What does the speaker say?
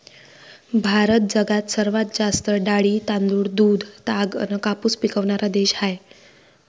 भारत जगात सर्वात जास्त डाळी, तांदूळ, दूध, ताग अन कापूस पिकवनारा देश हाय